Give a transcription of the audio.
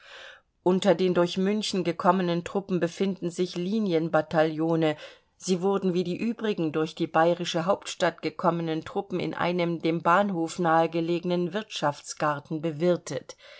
unter den durch münchen gekommenen truppen befinden sich linienbataillone sie wurden wie die übrigen durch die bayerische hauptstadt gekommenen truppen in einem dem bahnhof nahegelegenen wirtschaftsgarten bewirtet